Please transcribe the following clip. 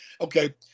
Okay